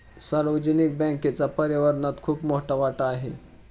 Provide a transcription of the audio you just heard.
सार्वजनिक बँकेचा पर्यावरणात खूप मोठा वाटा आहे